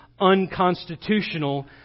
unconstitutional